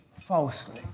Falsely